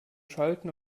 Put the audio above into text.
schalten